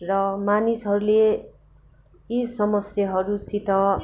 र मानिसहरूले यी समस्याहरूसित